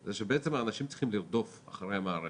זה שבעצם האנשים צריכים לרדוף אחרי המערכת.